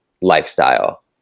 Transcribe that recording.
lifestyle